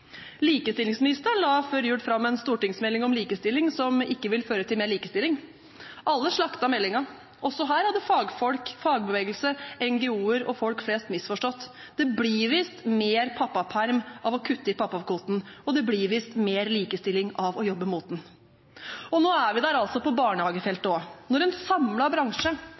Likestillingsministeren la før jul fram en stortingsmelding om likestilling som ikke vil føre til mer likestilling. Alle slaktet meldingen. Også her hadde fagfolk, fagbevegelse, NGO-er og folk flest misforstått – det blir visst mer pappaperm av å kutte i pappakvoten, og det blir visst mer likestilling av å jobbe mot den. Og nå er vi der på barnehagefeltet også. Når en samlet bransje,